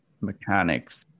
mechanics